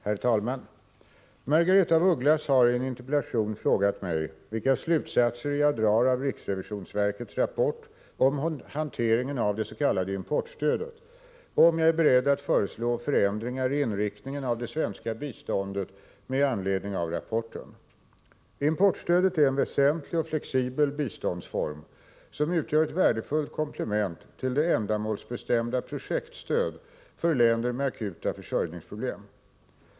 Herr talman! Margaretha af Ugglas har i en interpellation frågat mig vilka slutsatser jag drar av riksrevisionsverkets rapport om hanteringen av dets.k. importstödet och om jag är beredd att föreslå förändringar i inriktningen av det svenska biståndet med anledning av rapporten. Importstödet är en väsentlig och flexibel biståndsform som utgör ett värdefullt komplement till det ändamålsbestämda projektstödet för länder med akuta försörjningsproblem.